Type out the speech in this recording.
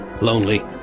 lonely